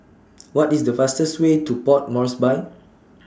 What IS The fastest Way to Port Moresby